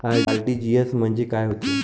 RTGS म्हंजे काय होते?